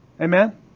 Amen